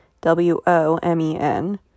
W-O-M-E-N